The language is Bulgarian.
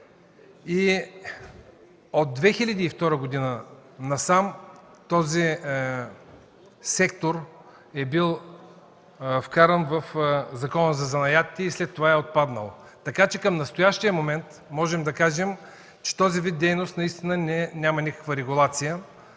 и от 2002 г. насам този сектор е бил вкаран в Закона за занаятите и след това е отпаднал. Така че към настоящия момент можем да кажем, че този вид дейност наистина няма никаква регулация